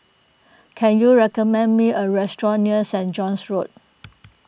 can you recommend me a restaurant near Saint John's Road